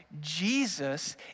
Jesus